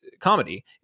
comedy